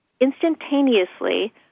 instantaneously